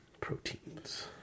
proteins